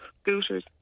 scooters